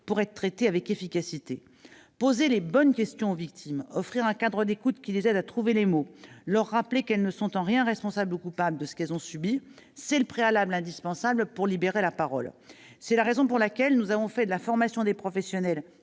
pour être traité de manière efficace. Poser les bonnes questions aux victimes, offrir un cadre d'écoute qui les aide à trouver les mots, leur rappeler qu'elles ne sont en rien responsables ou coupables de ce qu'elles ont subi : c'est le préalable indispensable pour libérer leur parole. Voilà pourquoi nous avons fait de la formation des professionnels